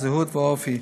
הזהות והאופי,